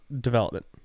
development